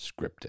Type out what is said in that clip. scripted